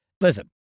Listen